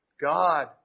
God